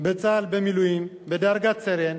בצה"ל במילואים, בדרגת סרן.